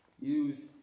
Use